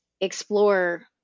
explore